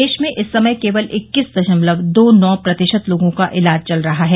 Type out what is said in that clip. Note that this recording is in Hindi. देश में इस समय केवल इक्कीस दशमलव दो नौ प्रतिशत लोगों का इलाज चल रहा है